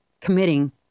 committing